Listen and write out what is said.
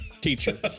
Teacher